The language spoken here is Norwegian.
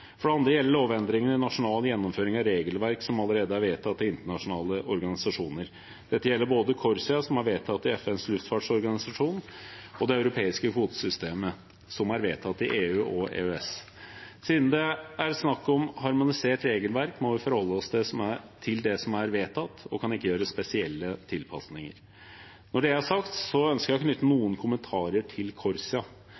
For det andre gjelder lovendringene nasjonal gjennomføring av regelverk som allerede er vedtatt i internasjonale organisasjoner. Dette gjelder både CORSIA, som er vedtatt i FNs luftfartsorganisasjon, og det europeiske kvotesystemet, som er vedtatt i EU og EØS. Siden det er snakk om harmonisert regelverk, må vi forholde oss til det som er vedtatt, og kan ikke gjøre spesielle tilpasninger. Når det er sagt, ønsker jeg å knytte